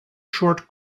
short